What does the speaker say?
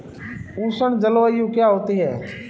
उष्ण जलवायु क्या होती है?